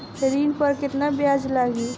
ऋण पर केतना ब्याज लगी?